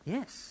Yes